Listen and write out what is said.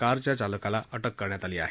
कारच्या चालकाला अटक करण्यात आली आहे